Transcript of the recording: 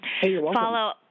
follow